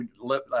let